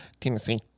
Tennessee